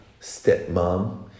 stepmom